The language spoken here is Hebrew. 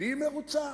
תהיי מרוצה,